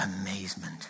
amazement